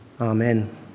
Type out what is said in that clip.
Amen